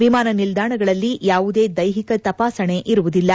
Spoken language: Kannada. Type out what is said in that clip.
ವಿಮಾನ ನಿಲ್ದಾಣಗಳಲ್ಲಿ ಯಾವುದೇ ದೈಹಿಕ ತಪಾಸಣೆ ಇರುವುದಿಲ್ಲ